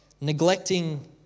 Neglecting